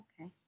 Okay